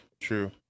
True